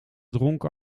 dronken